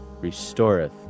restoreth